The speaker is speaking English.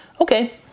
Okay